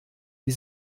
die